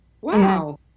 Wow